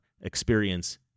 experience